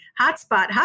hotspot